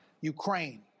Ukraine